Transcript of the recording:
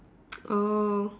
oh